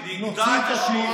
הכוונה: נגדע את השאיפות.